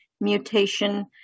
mutation